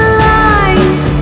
lies